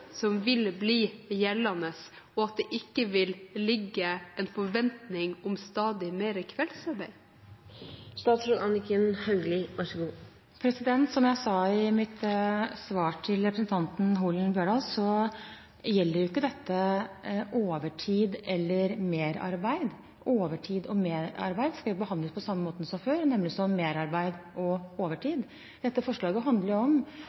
og at det ikke vil ligge en forventning om stadig mer kveldsarbeid? Som jeg sa i mitt svar til representanten Holen Bjørdal, gjelder ikke dette overtid eller merarbeid. Overtid og merarbeid skal behandles på samme måte som før, nemlig som merarbeid og overtid. Dette forslaget handler om